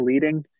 leading